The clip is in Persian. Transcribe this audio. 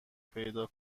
پیدا